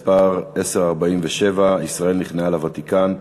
מס' 1047: ישראל נכנעה לוותיקן,